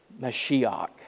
Mashiach